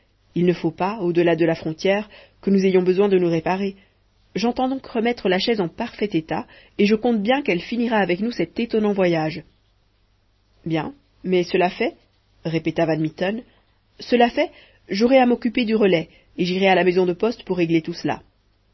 il ne faut pas au delà de la frontière que nous ayons besoin de nous réparer j'entends donc remettre la chaise en parfait état et je compte bien qu'elle finira avec nous cet étonnant voyage bien mais cela fait répéta van mitten cela fait j'aurai à m'occuper du relais et j'irai à la maison de poste pour régler tout cela